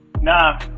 Nah